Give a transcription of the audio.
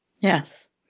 Yes